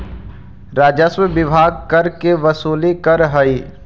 राजस्व विभाग कर के वसूली करऽ हई